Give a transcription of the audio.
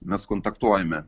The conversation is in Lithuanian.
mes kontaktuojame